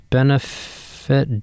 Benefit